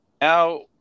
Now